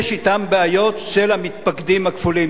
יש אתן בעיות של המתפקדים הכפולים.